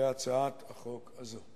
בהצעת החוק הזאת.